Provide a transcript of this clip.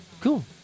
Cool